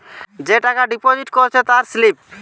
যে টাকা ডিপোজিট করেছে তার স্লিপ